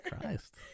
Christ